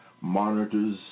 monitors